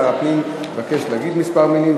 שר הפנים מבקש להגיד כמה מילים.